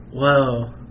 whoa